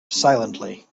silently